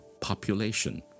population